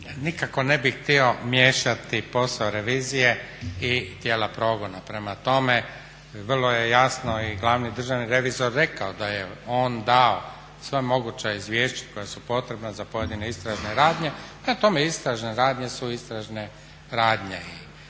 Nikako ne bih htio miješati posao revizije i tijela progona. Prema tome, vrlo je jasno i glavni državni revizor rekao da je on dao sva moguća izvješća koja su potrebna za pojedine istražne radnje. Prema tome, istražne radnje su istražne radnje i